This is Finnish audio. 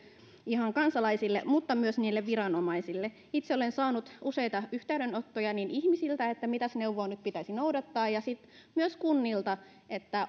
ihan kansalaisille kuin myös niille viranomaisille itse olen saanut useita yhteydenottoja ihmisiltä siitä mitä neuvoa nyt pitäisi noudattaa ja sitten myös kunnilta